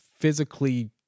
physically